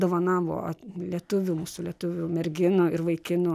dovana buvo lietuvių mūsų lietuvių merginų ir vaikinų